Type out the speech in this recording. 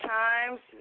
times